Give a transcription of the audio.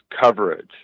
coverage